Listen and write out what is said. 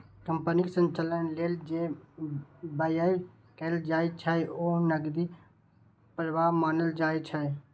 कंपनीक संचालन लेल जे व्यय कैल जाइ छै, ओ नकदी प्रवाह मानल जाइ छै